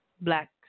Black